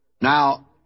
Now